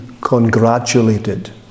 congratulated